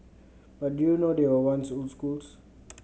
but do you know they were once schools